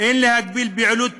אין להגביל פעילות פוליטית,